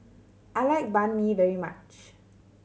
I like Banh Mi very much